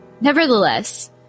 Nevertheless